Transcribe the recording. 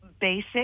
basic